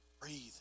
Breathe